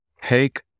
take